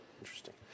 Interesting